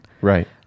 Right